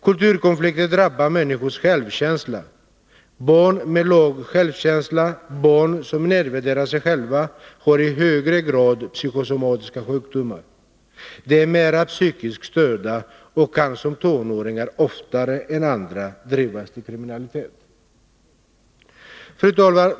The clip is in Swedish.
Kulturkonflikter drabbar människors självkänsla. Barn med låg självkänsla, barn som nedvärderar sig själva, har i högre grad psykosomatiska sjukdomar, är mera psykiskt störda och kan som tonåringar oftare än andra drivas till kriminalitet. Fru talman!